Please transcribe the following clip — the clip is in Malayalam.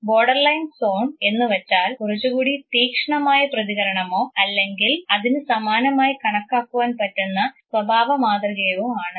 ബോർഡർലൈൻ സോൺ എന്നുവച്ചാൽ കുറച്ചുകൂടി തീക്ഷ്ണമായ പ്രതികരണമോ അല്ലെങ്കിൽ അതിനു സമാനമായി കണക്കാക്കുവാൻ പറ്റുന്ന സ്വഭാവ മാതൃകയോ ആണ്